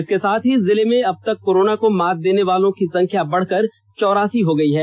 इसके साथ ही जिले में अब तक कोरोना को मात देने वालों की संख्या बढ़कर चौरासी हो गई है